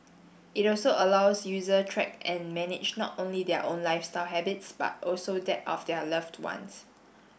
it also allows user track and manage not only their own lifestyle habits but also that of their loved ones